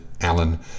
Alan